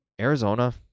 Arizona